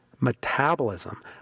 metabolism